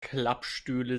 klappstühle